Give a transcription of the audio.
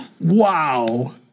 Wow